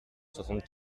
soixante